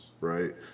right